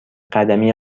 قدمی